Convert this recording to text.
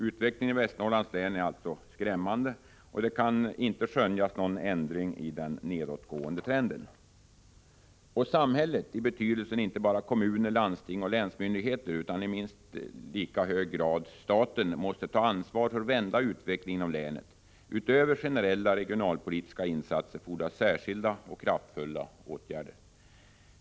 Utvecklingen i Västernorrlands län är alltså skrämmande, och det kan inte skönjas någon ändring av den nedåtgående trenden. Samhället, i betydelsen inte bara kommuner, landsting och länsmyndigheter utan i minst lika hög grad staten, måste ta ansvar för att vända utvecklingen inom länet. Utöver generella regionalpolitiska insatser fordras särskilda och kraftfulla åtgärder.